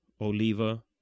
Oliva